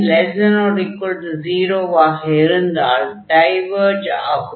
mn≤0 ஆக இருந்தால் டைவர்ஜ் ஆகும்